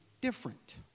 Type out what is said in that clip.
different